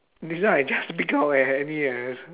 this one I just pick up eh and yet like so